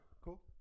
cool